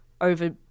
over